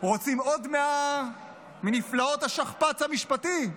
רוצים עוד מנפלאות השכפ"ץ המשפטי?